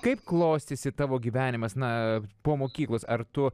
kaip klostėsi tavo gyvenimas na po mokyklos ar tu